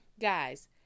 Guys